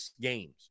games